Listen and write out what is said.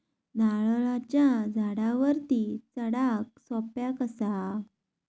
नारळाच्या झाडावरती चडाक सोप्या कसा?